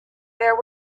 there